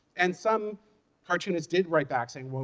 and some cartoonists did write back saying,